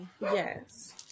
Yes